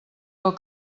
del